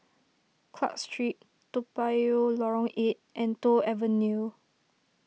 Clarke Street Toa Payoh Lorong eight and Toh Avenue